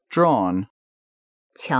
Drawn